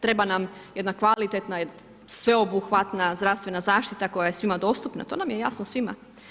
Treba nam jedna kvalitetna sveobuhvatna zdravstvena zaštita koja je svima dostupna, to nam je jasno svima.